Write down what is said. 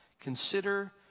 Consider